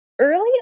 early